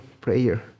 prayer